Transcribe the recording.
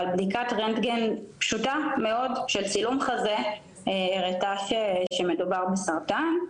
בדיקת רנטגן פשוטה מאוד של צילום חזה הראתה שמדובר בסרטן,